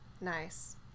Nice